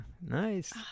Nice